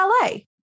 ballet